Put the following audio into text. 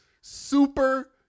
super